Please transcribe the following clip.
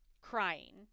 crying